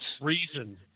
reason